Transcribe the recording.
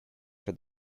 for